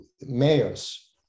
mayors